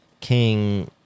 King